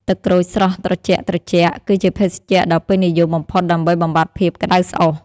ទឹកក្រូចស្រស់ត្រជាក់ៗ គឺជាភេសជ្ជៈដ៏ពេញនិយមបំផុតដើម្បីបំបាត់ភាពក្តៅស្អុះ។